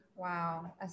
wow